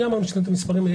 אני אתן את המספרים.